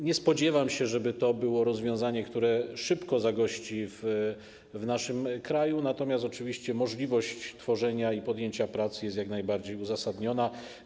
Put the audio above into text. Nie spodziewam się, żeby to było rozwiązanie, które szybko zagości w naszym kraju, natomiast oczywiście możliwość jego tworzenia i podjęcia prac nad nim jest czymś jak najbardziej uzasadnionym.